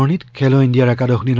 it cannot open you know